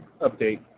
update